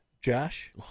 josh